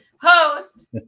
host